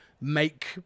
make